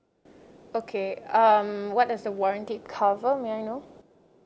okay um what does the warranty cover may I know